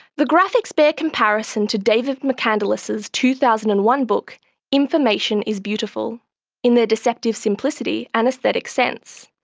the graphics bear comparison to david mccandless's two thousand and one book information is beautiful in their deceptive simplicity and aesthetic sense,